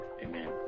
Amen